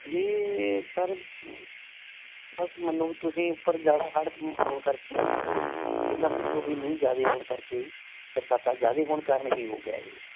ਇਹ ਸਰ ਬਸ ਮੰਨੋ ਤੁਸੀਂ ਉੱਪਰ ਜ਼ਿਆਦਾ ਹੜ੍ਹ ਆਉਣ ਕਰਕੇ ਜਾ ਪਾਣੀ ਉ ਪਹਿਲਾਂ ਪਿੱਛੋਂ ਵੀ ਮੀਂਹ ਜ਼ਿਆਦਾ ਆਉਣ ਕਰਕੇ ਬਰਸਾਤਾਂ ਜ਼ਿਆਦਾ ਹੋਣ ਕਾਰਨ ਇਹ ਹੀ ਹੋ ਗਿਆ ਇਹ